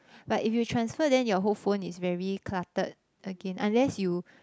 but if you transfer then your whole phone is very clutted again unless you